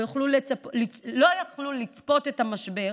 לא יכלו לצפות את המשבר